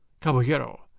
caballero